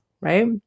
right